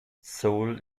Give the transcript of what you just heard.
seoul